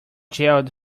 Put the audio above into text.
jailed